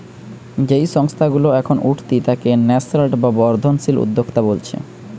যেই সংস্থা গুলা এখন উঠতি তাকে ন্যাসেন্ট বা বর্ধনশীল উদ্যোক্তা বোলছে